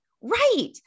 Right